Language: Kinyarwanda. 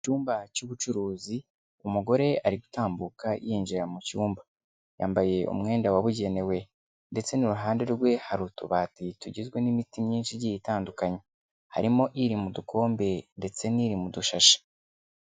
Mu icyumba cy'ubucuruzi, umugore ari gutambuka yinjira mu cyumba. Yambaye umwenda wabugenewe, ndetse n'uruhande rwe, hari utubati tugizwe n'imiti myinshi igi itandukanye. Harimo iri mu dukombe ndetse n'iri mu udushashi.